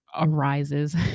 arises